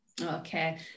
okay